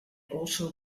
also